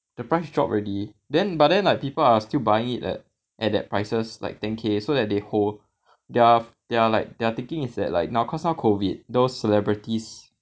the price drop already then but then like people are still buying it at at that prices like ten K so that they hold they're they're are like they're thinking is that like now COVID those celebrities